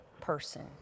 person